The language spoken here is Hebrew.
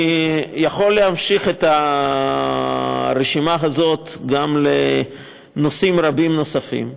אני יכול להמשיך את הרשימה הזאת עם נושאים רבים נוספים.